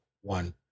one